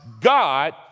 God